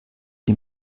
die